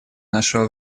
нашего